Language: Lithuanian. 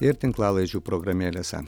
ir tinklalaidžių programėlėse